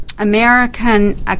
American